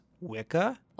Wicca